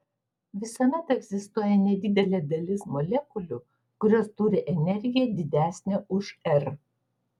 visuomet egzistuoja nedidelė dalis molekulių kurios turi energiją didesnę už r